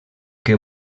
que